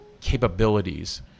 capabilities